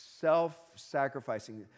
self-sacrificing